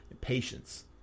patience